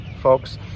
folks